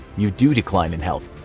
you do decline in health.